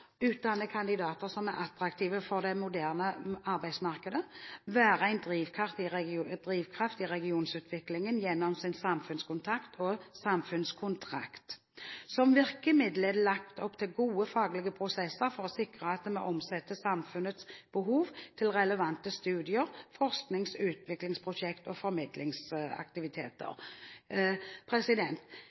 utdanne kandidater som er attraktive for det moderne arbeidsmarkedet, være en drivkraft i regionutviklingen gjennom samfunnskontakt og sin samfunnskontrakt. Som virkemiddel er det lagt opp til gode faglige prosesser for å sikre at de omsetter samfunnets behov til relevante studier, forsknings- og utviklingsprosjekt og